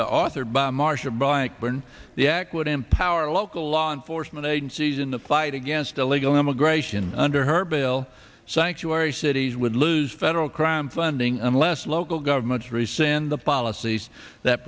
marsh authored by marsha blackburn the act would empower local law enforcement agencies in the fight against illegal immigration under her bill sanctuary cities would lose federal crime funding unless local governments rescind the policies that